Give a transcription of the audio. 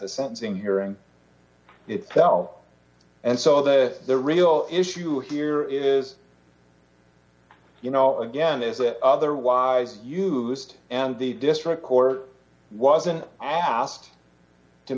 the sentencing hearing itself and so that the real issue here is you know again is it otherwise used and the district court wasn't asked to